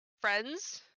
friends